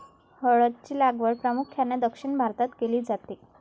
हळद ची लागवड प्रामुख्याने दक्षिण भारतात केली जाते